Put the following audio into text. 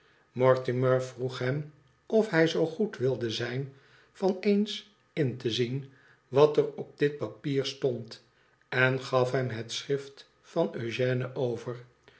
vroeg hem of hij zoo goed wilde zijn van eens in te zien wat er op dit papier stond en gaf hem het schrift van eugène over